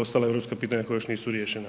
ostala europska pitanja koja još nisu riješena.